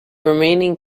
remaining